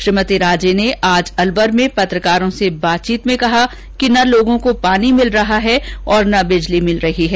श्रीमती राजे ने आज अलवर में पत्रकारों से बातचीत में कहा कि ना लोगों को पानी मिल रहा है ना बिजली मिल रही है